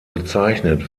bezeichnet